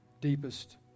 deepest